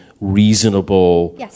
reasonable